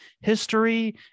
history